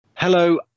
Hello